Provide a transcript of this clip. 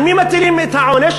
על מי מטילים את העונש?